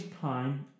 time